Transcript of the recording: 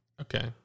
Okay